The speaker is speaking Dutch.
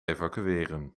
evacueren